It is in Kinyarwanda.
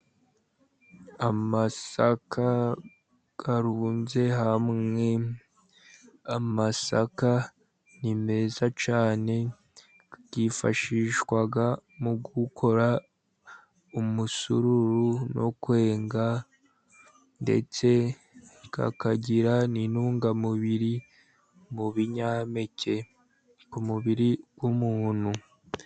Amasaka arunze hamwe. Amasaka ni meza cyane. Yifashishwa mu gukora umusururu no kwenga, ndetse akagira n'intungamubiri mu binyampeke ku mubiri w'umuntu.